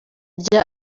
rya